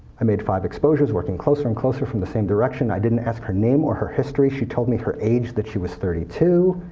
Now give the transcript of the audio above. i made five exposures, working closer and closer from the same direction. i didn't ask her name or her history. she told me her age, that she was thirty two,